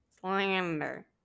Slander